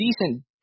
decent